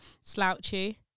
slouchy